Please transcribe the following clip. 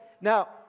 Now